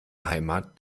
heimat